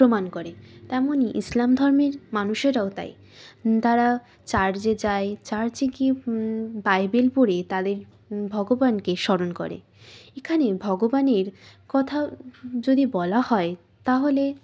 প্রমাণ করে তেমনই ইসলাম ধর্মের মানুষেরাও তাই তারা চার্চে যায় চার্চে গিয়ে বাইবেল পড়ে তাদের ভগবানকে স্মরণ করে এখানে ভগবানের কথা যদি বলা হয় তাহলে